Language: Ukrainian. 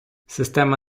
система